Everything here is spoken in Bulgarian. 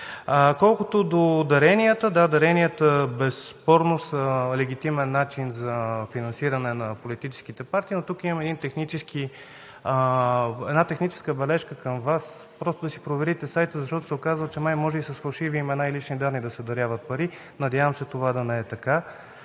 Колкото до даренията – да, даренията безспорно са легитимен начин за финансиране на политическите партии. Но тук има една техническа бележка към Вас – просто да си проверите сайта, защото се оказва, че май може и с фалшиви имена и лични данни да се даряват пари, надявам се това да не е така